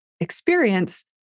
Experience